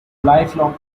lifelong